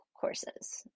courses